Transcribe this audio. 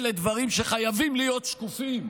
אלה דברים שחייבים להיות שקופים.